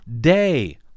day